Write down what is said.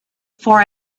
for